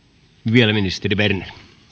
vielä ministeri berner